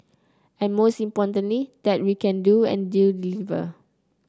and most importantly that we can do and do deliver